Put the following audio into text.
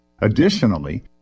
Additionally